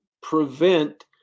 prevent